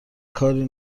کاری